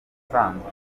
usanzwe